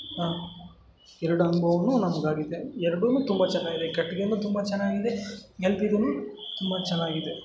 ಹಾಂ ಎರಡು ಅನುಭವವೂ ನಮ್ಗೆ ಆಗಿದೆ ಎರಡೂ ತುಂಬ ಚೆನ್ನಾಗಿದೆ ಈ ಕಟ್ಟಿಗೇಯು ತುಂಬ ಚೆನ್ನಾಗಿದೆ ಎಲ್ ಪಿಗೂ ತುಂಬ ಚೆನ್ನಾಗಿದೆ